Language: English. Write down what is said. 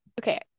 Okay